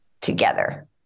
together